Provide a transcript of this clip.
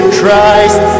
Christ